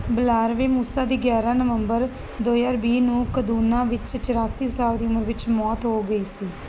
Balarabe Musa ਦੀ ਗਿਆਰ੍ਹਾਂ ਨਵੰਬਰ ਦੋ ਹਜ਼ਾਰ ਵੀਹ ਨੂੰ ਕਦੂਨਾ ਵਿੱਚ ਚੁਰਾਸੀ ਸਾਲ ਦੀ ਉਮਰ ਵਿੱਚ ਮੌਤ ਹੋ ਗਈ ਸੀ